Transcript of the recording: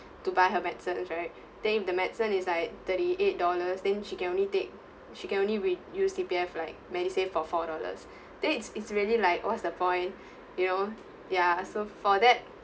to buy her medicine right damn the medicine is like thirty-eight dollars then she can only take she can only re~ use C_P_F like medisave for four dollars then it's really like what's the point you know ya so for that